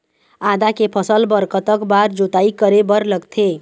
आदा के फसल बर कतक बार जोताई करे बर लगथे?